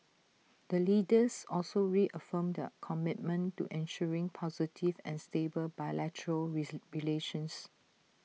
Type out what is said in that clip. the leaders also reaffirmed their commitment to ensuring positive and stable bilateral relations